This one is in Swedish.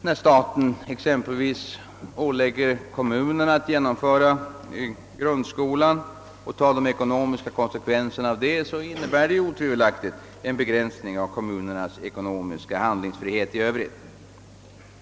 När staten exempelvis ålägger kommunerna att genomföra grundskolan och ta de ekonomiska konsekvenserna härav innebär detta otvivelaktigt en begränsning av kommunernas ekonomiska handlingsfrihet i övrigt.